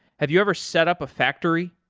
have you ever set up a factory?